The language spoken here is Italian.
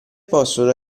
possono